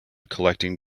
collecting